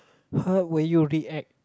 how will you react